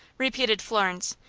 repeated florence,